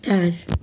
चार